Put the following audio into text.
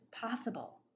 possible